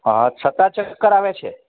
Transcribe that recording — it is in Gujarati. હાં છતાં ચક્ર આવે છે